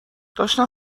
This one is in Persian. داشتم